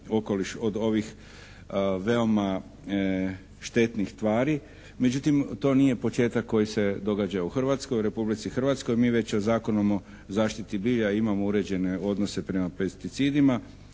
od ovih veoma štetnih tvari. Međutim, to nije početak koji se događa u Hrvatskoj, u Republici Hrvatskoj. Mi već Zakonom o zaštiti bilja imamo uređene odnose prema pesticidima.